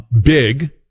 big